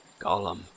Gollum